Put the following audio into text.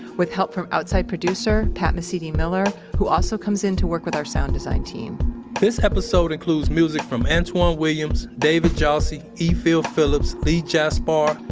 with help from outside producer pat mesiti-miller, who also comes in to work with our sound design team this episode includes music from antwan williams, david jassy, e. phil phillips, lee jasper,